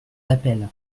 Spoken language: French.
d’appel